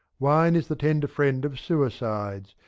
wine is the tender friend of suicides.